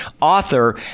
author